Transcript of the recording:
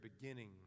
beginning